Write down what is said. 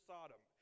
Sodom